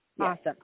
awesome